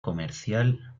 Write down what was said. comercial